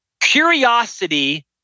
curiosity